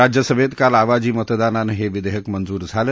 राज्यसभेत काल आवाजी मतदानानं हे विधेयक मंजूर झालं